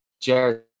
Jared